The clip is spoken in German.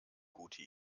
gute